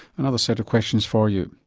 another set of questions for you.